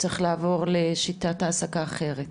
שצריך לעבור לשיטת העסקה אחרת?